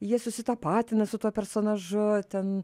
jie susitapatina su tuo personažu ten